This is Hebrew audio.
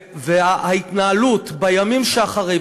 וההתנהלות בימים שאחרי,